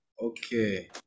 Okay